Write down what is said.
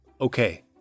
Okay